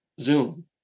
Zoom